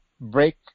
break